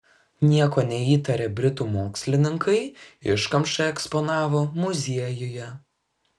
nieko neįtarę britų mokslininkai iškamšą eksponavo muziejuje